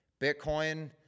Bitcoin